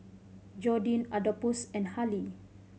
Jordin Adolphus and Harlie